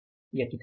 यह कितना होगा